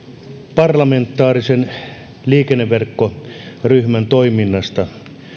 parlamentaarisen liikenneverkkoryhmän toiminnasta